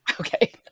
Okay